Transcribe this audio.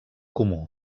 comú